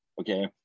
okay